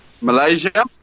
Malaysia